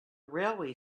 railway